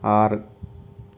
ആറ്